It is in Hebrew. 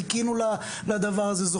חיכינו לדבר הזה,